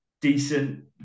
decent